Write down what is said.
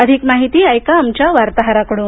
अधिक माहिती ऐका आमच्या बार्ताहराकडून